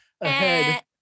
ahead